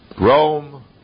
Rome